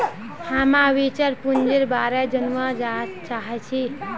हामीं वेंचर पूंजीर बारे जनवा चाहछी